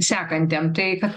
sekantiem tai kad